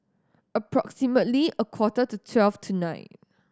approximately a quarter to twelve tonight